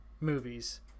movies